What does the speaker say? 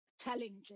challenging